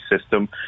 system